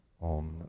on